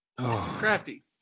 Crafty